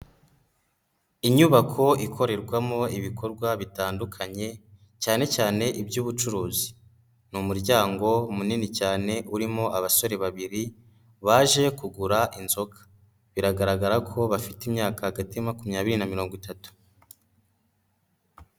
Inyubako ikorerwamo ibikorwa bitandukanye, cyane cyane iby'ubucuruzi. Ni umuryango munini cyane urimo abasore babiri, baje kugura inzoga. Biragaragara ko bafite imyaka hagati ya makumyabiri na mirongo itatu.